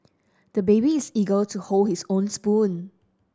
the baby is eager to hold his own spoon